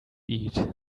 eat